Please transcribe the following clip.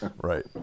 Right